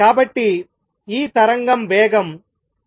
కాబట్టి ఈ తరంగం వేగం √Tμ